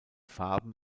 farben